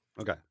Okay